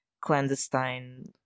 clandestine